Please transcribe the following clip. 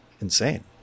insane